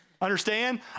Understand